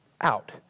out